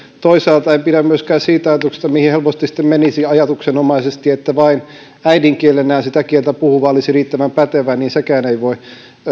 toisaalta en pidä myöskään siitä ajatuksesta mihin helposti sitten menisi ajatuksenomaisesti että vain äidinkielenään sitä kieltä puhuva olisi riittävän pätevä sekään ei voi